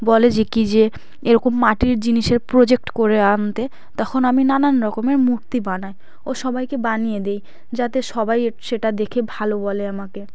বলে যে কী যে এরকম মাটির জিনিসের প্রজেক্ট করে আনতে তখন আমি নানান রকমের মূর্তি বানাই ও সবাইকে বানিয়ে দিই যাতে সবাই সেটা দেখে ভালো বলে আমাকে